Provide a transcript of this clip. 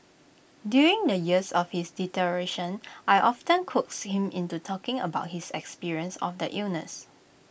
during the years of his deterioration I often coaxed him into talking about his experience of the illness